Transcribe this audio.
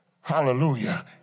Hallelujah